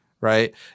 Right